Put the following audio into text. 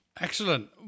Excellent